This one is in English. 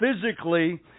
physically